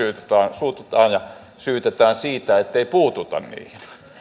suututaan ja syytetään siitä ettei puututa niihin